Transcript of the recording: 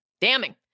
damning